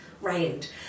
rained